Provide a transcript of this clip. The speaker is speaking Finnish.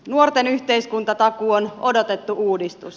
nuorten yhteiskuntatakuu on odotettu uudistus